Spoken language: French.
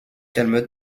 calme